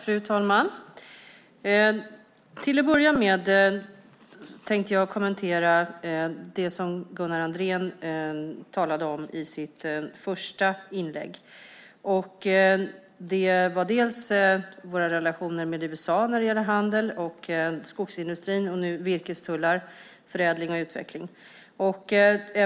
Fru talman! Jag tänkte börja med att kommentera det Gunnar Andrén tog upp i sitt första inlägg. Det gällde bland annat våra relationer med USA när det gäller handel och skogsindustrin och sedan virkestullar, förädling och utveckling. Sedan